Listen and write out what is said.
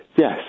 Yes